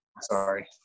sorry